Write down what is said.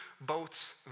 boats